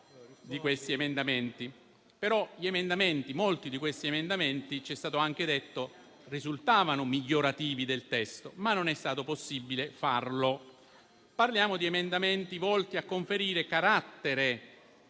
dei nostri tranne uno. Tuttavia, molti di questi emendamenti, come ci è stato anche detto, risultavano migliorativi del testo, ma non è stato possibile accoglierli. Parliamo di emendamenti volti a conferire carattere